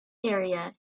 area